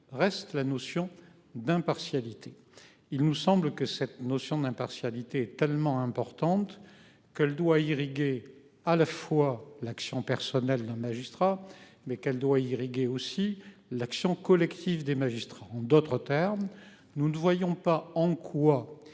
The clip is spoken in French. Reste la notion d'impartialité. Il nous semble que cette notion d'impartialité tellement importante que doit irriguer à la fois l'action personnelle d'un magistrat, mais qu'elle doit irriguer aussi l'action collective des magistrats en d'autres termes, nous ne voyons pas en quoi